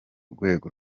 rwego